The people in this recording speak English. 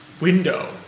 window